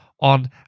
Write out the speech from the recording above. on